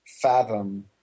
fathom